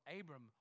Abram